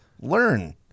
Learn